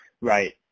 right